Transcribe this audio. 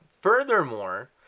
furthermore